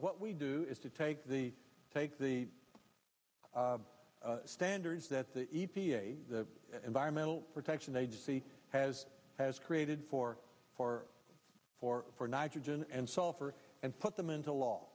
what we do is to take the take the standards that the e p a the environmental protection agency has has created for for for for nitrogen and sulphur and put them into law